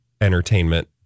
entertainment